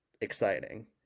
exciting